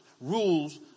Rules